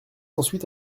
ensuite